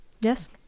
yes